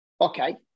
okay